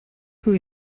who